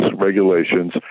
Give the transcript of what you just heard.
regulations